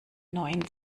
neuen